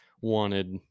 wanted